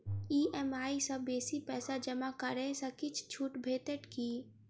EMI सँ बेसी पैसा जमा करै सँ किछ छुट भेटत की?